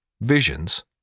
visions